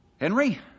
Henry